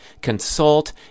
consult